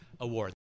award